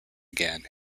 again